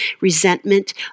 resentment